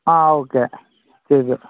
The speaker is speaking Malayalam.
ആ ഓക്കെ ചെയ്തു